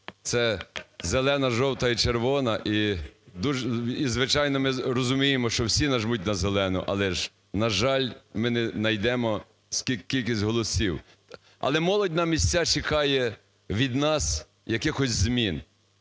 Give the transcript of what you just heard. це зелена, жовта і червона і, звичайно, ми розуміємо, що всі натиснуть на зелену, але ж, на жаль, ми не найдемо кількість голосів. Але молодь на місцях чекає від нас якихось змін.